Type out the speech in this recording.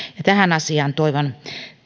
tähän asiaan toivon